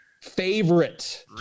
favorite